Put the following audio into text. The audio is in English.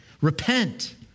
Repent